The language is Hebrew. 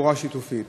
תחבורה שיתופית.